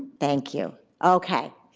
thank you. okay,